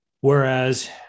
Whereas